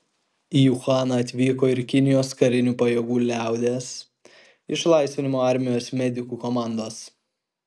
į uhaną atvyko ir kinijos karinių pajėgų liaudies išlaisvinimo armijos medikų komandos